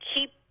keep